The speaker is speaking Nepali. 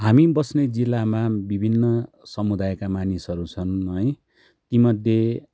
हामी बस्ने जिल्लामा विभिन्न समुदायका मानिसहरू छन् है तीमध्ये